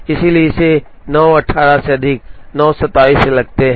इसलिए इसे 9 18 से अधिक 9 27 लगते हैं